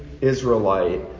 Israelite